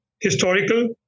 historical